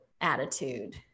attitude